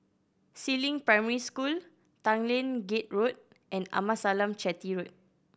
Si Ling Primary School Tanglin Gate Road and Amasalam Chetty Road